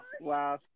Wow